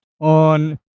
on